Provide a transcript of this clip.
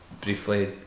briefly